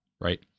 right